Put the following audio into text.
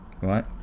right